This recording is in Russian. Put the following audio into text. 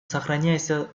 сохраняется